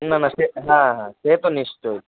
না না সে হ্যাঁ হ্যাঁ সে তো নিশ্চয়ই